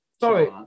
Sorry